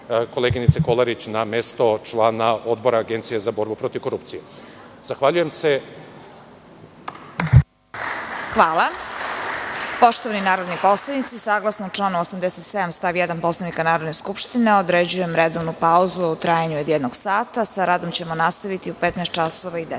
koleginice Kolarić na mesto člana Odbora Agencije za borbu protiv korupcije. Zahvaljujem se. **Vesna Kovač** Hvala. Poštovani narodni poslanici, saglasno članu 87. stav 1. Poslovnika Narodne skupštine, određujem redovnu pauzu u trajanju od jednog sata. Sa radom ćemo nastaviti u 15.10